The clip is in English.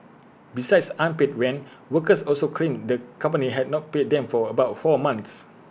besides unpaid rent workers also claimed the company had not paid them for about four months